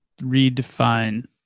redefine